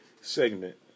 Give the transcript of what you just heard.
segment